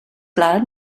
plat